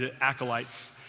acolytes